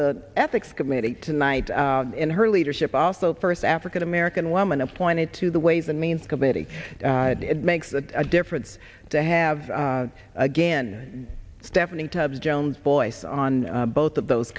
the ethics committee tonight in her leadership also first african american woman appointed to the ways and means committee it makes a difference to have again stephanie tubbs jones voice on both of those